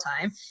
time